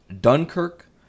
Dunkirk